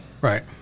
right